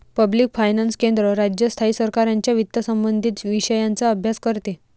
public finance केंद्र, राज्य, स्थायी सरकारांच्या वित्तसंबंधित विषयांचा अभ्यास करते